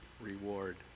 reward